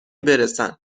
برسن